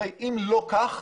אם לא כך,